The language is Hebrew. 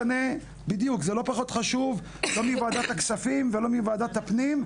זה לא פחות חשוב מוועדת הכספים ולא מוועדת הפנים,